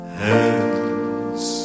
hands